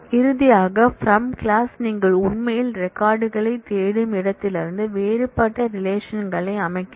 இறுதியாக from clause நீங்கள் உண்மையில் ரெக்கார்ட் களைத் தேடும் இடத்திலிருந்து வேறுபட்ட ரிலேஷன்களை அமைக்கிறது